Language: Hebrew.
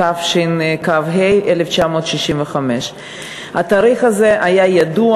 התשכ"ה 1965. התאריך הזה היה ידוע,